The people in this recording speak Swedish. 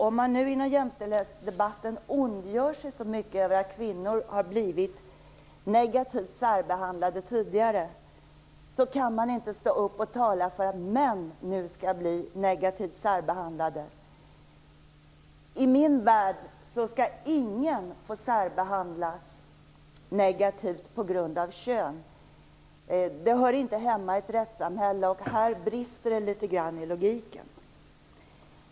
Om man nu i jämställdhetsdebatten ondgör sig så mycket över att kvinnor har blivit negativt särbehandlade tidigare kan man inte stå upp och tala för att män nu skall bli negativt särbehandlade. I min värld skall ingen få särbehandlas negativt på grund av kön. Det hör inte hemma i ett rättssamhälle, och här brister det litet grand i logiken.